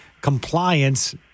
compliance